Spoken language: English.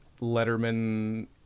Letterman